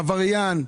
עבריין,